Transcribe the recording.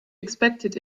expected